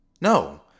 No